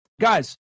Guys